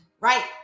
right